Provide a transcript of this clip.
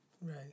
Right